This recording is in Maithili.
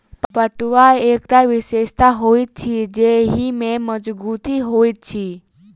पटुआक एकटा विशेषता होइत अछि जे एहि मे मजगुती होइत अछि